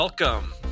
welcome